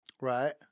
Right